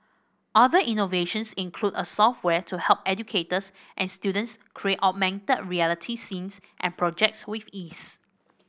other innovations include a software to help educators and students create augmented reality scenes and projects with ease